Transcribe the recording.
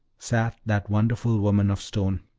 sat that wonderful woman of stone,